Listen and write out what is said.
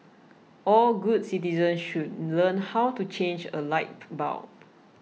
all good citizens should learn how to change a light bulb